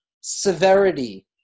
severity